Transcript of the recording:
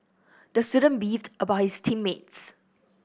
the student beefed about his team mates